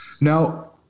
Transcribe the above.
Now